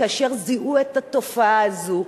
כאשר זיהו את התופעה הזאת,